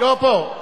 לא, הוא פה.